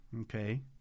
Okay